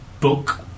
Book